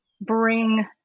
bring